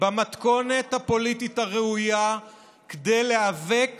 במתכונת הפוליטית הראויה כדי להיאבק